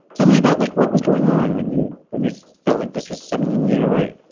tell me about like what was going on when you when you felt like this was something you need to write.